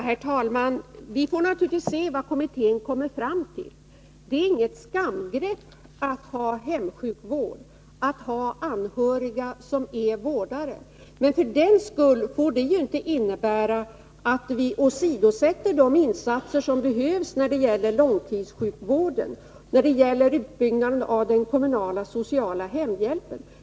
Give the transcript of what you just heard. Herr talman! Vi får naturligtvis se vad kommittén kommer fram till. Att tillåta hemsjukvård, att tillåta att anhöriga är vårdare, är naturligtvis inget skamgrepp. Men det får för den skull inte innebära att vi åsidosätter de insatser som behövs för långtidsvården och för utbyggnaden av den kommunala sociala hemhjälpen.